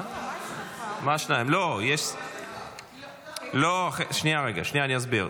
שנייה, רגע, אני אסביר.